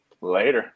Later